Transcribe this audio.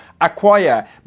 acquire